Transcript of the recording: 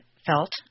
felt